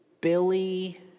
Billy